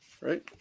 Right